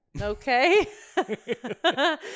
Okay